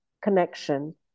connection